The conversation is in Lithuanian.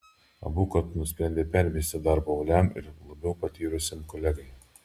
abu kartu nusprendė permesti darbą uoliam ir labiau patyrusiam kolegai